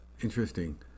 Interesting